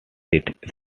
its